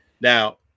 Now